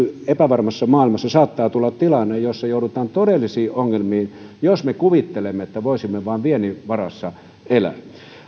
epävarmassa nykymaailmassa saattaa tulla tilanne jossa joudutaan todellisiin ongelmiin jos me kuvittelemme että voisimme vain viennin varassa elää